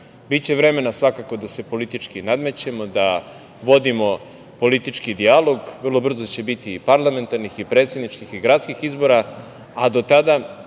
Biće vremena svakako da se politički nadmećemo, da vodimo politički dijalog. Vrlo brzo će biti i parlamentarnih i predsedničkih i gradskih izbora, a do tada